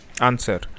Answer